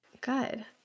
Good